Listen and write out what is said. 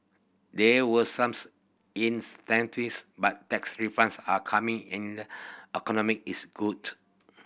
there were some incentives but tax refunds are coming in economy is good